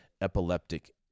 epileptic